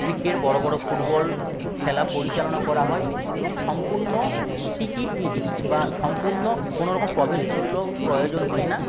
cricket বড় football খেলা পরিচালনা করা হয় এবং সম্পূর্ণ টিকিটবিহীন বা সম্পূর্ণ কোনোরকম প্রবেশমূল্য প্রয়োজন হয় না